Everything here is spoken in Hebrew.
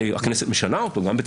לממשלה.